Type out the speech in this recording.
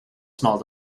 small